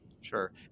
Sure